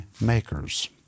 makers